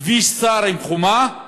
כביש צר עם חומה,